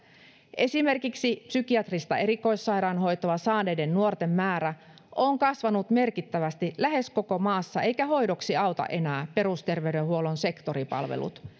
esimerkiksi psykiatrista erikoissairaanhoitoa saaneiden nuorten määrä on kasvanut merkittävästi lähes koko maassa eikä hoidoksi auta enää perusterveydenhuollon sektoripalvelut